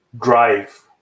drive